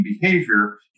behavior